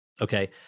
okay